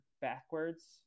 backwards